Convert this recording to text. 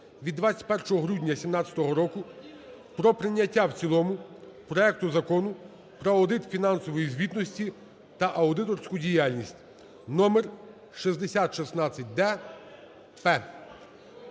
від 21 грудня 2017 року про прийняття в цілому проекту Закону про аудит фінансової звітності та аудиторську діяльність, номер 6016-д-П.